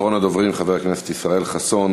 אחרון הדוברים, חבר הכנסת ישראל חסון